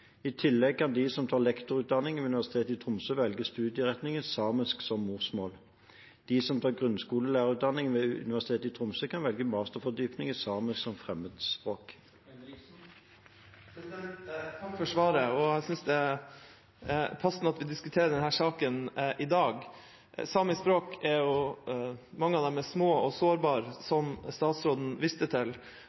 I tillegg kan de som tar lektorutdanning ved Universitetet i Tromsø, velge studieretningen samisk som morsmål. De som tar grunnskolelærerutdanning ved Universitetet i Tromsø, kan velge masterfordypning i samisk som fremmedspråk. Takk for svaret. Jeg synes det er passende at vi diskuterer denne saken i dag. Mange av de samiske språkene er små og sårbare, som statsråden viste til.